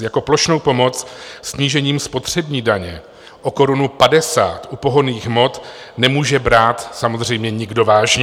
Jako plošnou pomoc snížením spotřební daně o korunu padesát u pohonných hmot nemůže brát samozřejmě nikdo vážně.